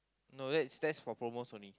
no that's that's for promos only